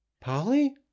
Polly